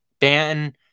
Banton